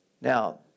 Now